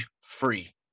free